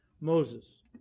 Moses